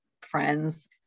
friends